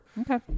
Okay